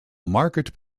market